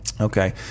Okay